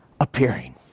appearing